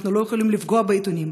אנחנו לא יכולים לפגוע בעיתונים.